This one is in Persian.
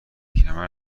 کمر